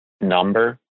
number